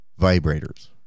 vibrators